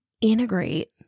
integrate